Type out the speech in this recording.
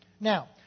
Now